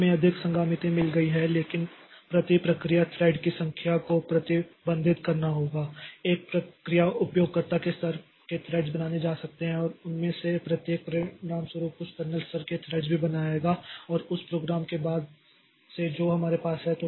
तो हमें अधिक संगामिति मिल गई है लेकिन प्रति प्रक्रिया थ्रेड की संख्या को प्रतिबंधित करना होगा एक प्रक्रिया उपयोगकर्ता के स्तर के थ्रेड्स बनाने जा सकते हैं और उनमें से प्रत्येक परिणामस्वरूप कुछ कर्नेल स्तर के थ्रेड्स भी बनाएगा और उस प्रोग्राम के बाद से जो हमारे पास है